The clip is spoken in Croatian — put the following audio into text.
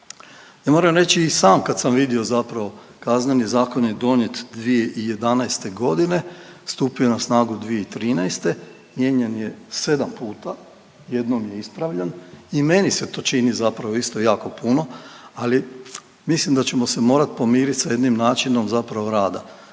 Ja moram reći i sam kad sam vidio zapravo Kazneni zakon je donijet 2011. g., stupio na snagu 2013., mijenjan je 7 puta, jednom je ispravljan i meni se to čini zapravo isto jako puno, ali mislim da ćemo se morat pomiriti sa jednim načinom zapravo rada.